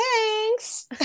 thanks